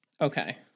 Okay